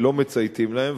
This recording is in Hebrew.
לא מצייתים להן.